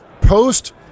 post